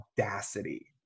audacity